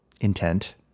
intent